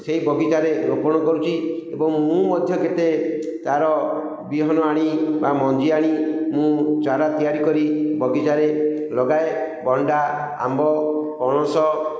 ସେଇ ବଗିଚାରେ ରୋପଣ କରୁଛି ଏବଂ ମୁଁ ମଧ୍ୟ କେତେ ତାର ବିହନ ଆଣି ବା ମଞ୍ଜି ଆଣି ମୁଁ ଚାରା ତିଆରି କରି ବଗିଚାରେ ଲଗାଏ ଭଣ୍ଡା ଆମ୍ବ ପଣସ